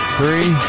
Three